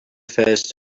first